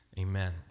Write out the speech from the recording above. amen